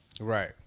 Right